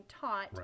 taught